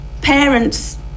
Parents